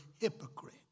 hypocrite